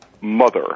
mother